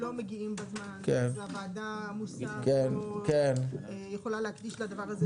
לא מגיעים בזמן והוועדה עמוסה ולא יכולה להקדיש לדבר הזה זמן.